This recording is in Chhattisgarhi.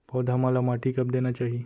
पौधा मन ला माटी कब देना चाही?